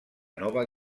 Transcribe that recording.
nova